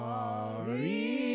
Sorry